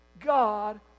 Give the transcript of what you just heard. God